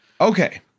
Okay